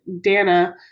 Dana